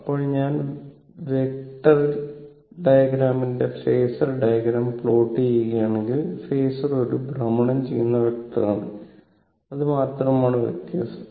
അപ്പോൾ ഞാൻ വെക്റ്റർ ഡയഗ്രാമിന്റെ ഫാസർ ഡയഗ്രം പ്ലോട്ട് ചെയ്യുകയാണെങ്കിൽ ഫേസർ ഒരു ഭ്രമണം ചെയ്യുന്ന വെക്റ്ററാണ് അത് മാത്രമാണ് വ്യത്യാസം